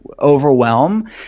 overwhelm